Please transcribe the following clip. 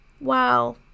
wow